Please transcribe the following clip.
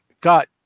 got